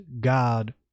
God